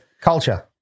Culture